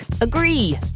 Agree